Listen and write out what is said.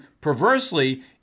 perversely